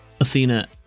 Athena